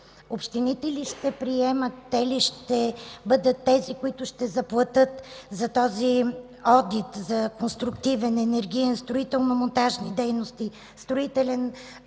общините ли ще бъдат тези, които ще заплатят за този одит – конструктивен, енергиен; строително-монтажни дейности, строителен